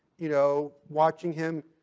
you know, watching him,